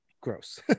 gross